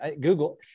Google